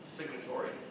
Signatory